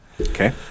Okay